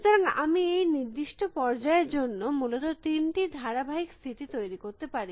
সুতরাং আমি এই নির্দিষ্ট পর্যায়ের জন্য মূলত তিনটি ধারাবাহিক স্থিতি তৈরী করতে পারি